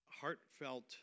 Heartfelt